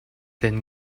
then